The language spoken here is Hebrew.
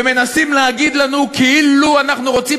ומנסים להגיד לנו כאילו אנחנו רוצים